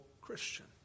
Christian